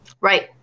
Right